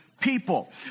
people